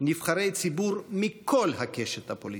נבחרי ציבור מכל הקשת הפוליטית.